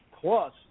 Plus